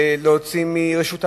להוציא מרשות המים,